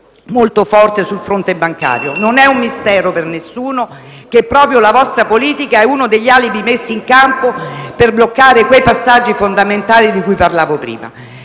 molto forte sul fronte bancario. Non è un mistero per nessuno che proprio la vostra politica sia uno degli alibi messi in campo per bloccare quei passaggi fondamentali di cui parlavo prima.